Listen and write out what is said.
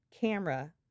camera